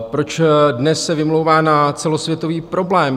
Proč dnes se vymlouvá na celosvětový problém?